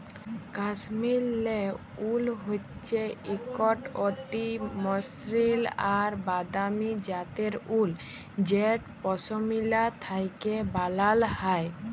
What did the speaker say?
কাশ্মীরলে উল হচ্যে একট অতি মসৃল আর দামি জ্যাতের উল যেট পশমিলা থ্যাকে ব্যালাল হয়